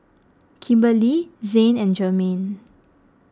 Kimberli Zain and Germaine